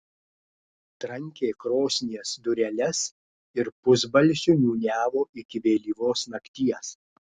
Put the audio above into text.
trankė krosnies dureles ir pusbalsiu niūniavo iki vėlyvos nakties